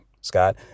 Scott